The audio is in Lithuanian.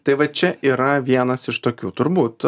tai va čia yra vienas iš tokių turbūt